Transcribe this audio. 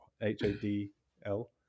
h-a-d-l